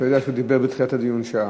אתה יודע שהוא דיבר בתחילת הדיון שעה.